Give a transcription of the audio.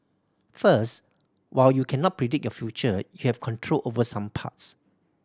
first while you cannot predict your future you have control over some parts